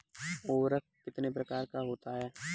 उर्वरक कितने प्रकार का होता है?